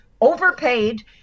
overpaid